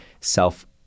self